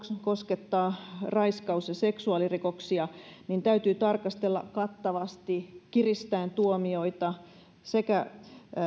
koskettaa raiskaus ja seksuaalirikoksia täytyy tarkastella kattavasti kiristäen tuomioita sekä